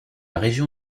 région